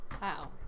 Wow